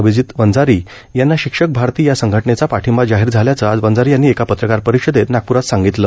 अभिजित वंजारी यांना शिक्षक भारती या संघटनेचा पाठिंबा जाहीर झाल्याच आज वंजारी यांनी एका पत्रकार परिषदेत दरम्यान नागपुरात सांगितलं